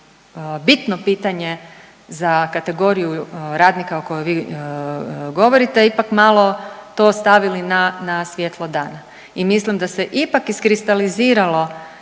bitno pitanje za kategoriju radnika o kojoj vi govorite ipak malo to stavili na, na svjetlo dana i mislim da se ipak iskristaliziralo